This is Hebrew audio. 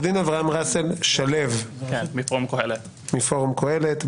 ראסל שלו מפורום קהלת.